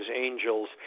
angels